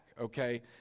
okay